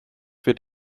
wird